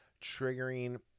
triggering